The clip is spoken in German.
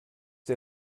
der